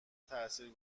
تأثیر